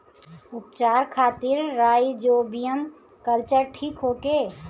उपचार खातिर rhizobium culture ठीक होखे?